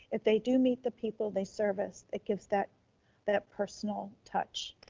if they do meet the people they service, it gives that that personal touch.